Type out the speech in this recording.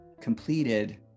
completed